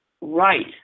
right